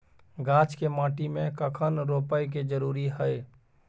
गाछ के माटी में कखन रोपय के जरुरी हय?